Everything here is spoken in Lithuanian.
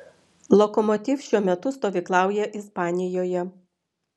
lokomotiv šiuo metu stovyklauja ispanijoje